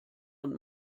und